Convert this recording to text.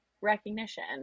recognition